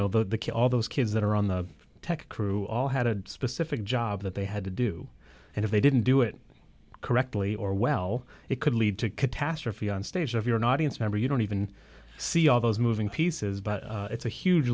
know the kid all those kids that are on the tech crew all had a specific job that they had to do and if they didn't do it correctly or well it could lead to catastrophe on stage if you're not its member you don't even see all those moving pieces but it's a huge